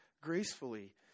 gracefully